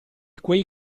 quei